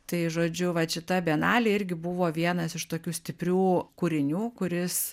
tai žodžiu vat šita bienalė irgi buvo vienas iš tokių stiprių kūrinių kuris